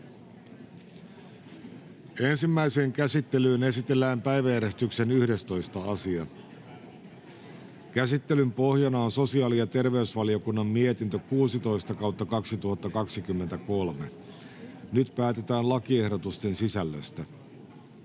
Ensimmäiseen käsittelyyn esitellään päiväjärjestyksen 11. asia. Käsittelyn pohjana on sosiaali- ja terveysvaliokunnan mietintö StVM 16/2023 vp. Nyt päätetään lakiehdotusten sisällöstä.